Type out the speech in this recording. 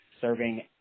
serving